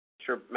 Sure